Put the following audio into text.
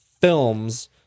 films